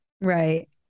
Right